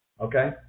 okay